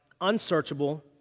unsearchable